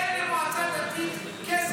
אין למועצה דתית כסף.